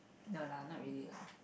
no lah not really lah